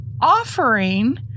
offering